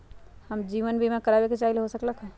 हम जीवन बीमा कारवाबे के चाहईले, हो सकलक ह?